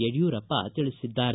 ಯಡ್ಕೂರಪ್ಪ ತಿಳಿಸಿದ್ದಾರೆ